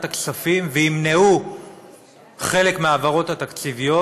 הכספים וימנעו חלק מההעברות התקציביות.